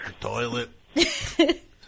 Toilet